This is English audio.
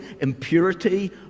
impurity